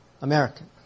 American